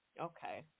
Okay